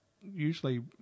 usually